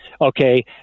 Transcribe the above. Okay